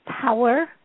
power